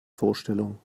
vorstellung